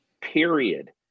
Period